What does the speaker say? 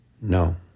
No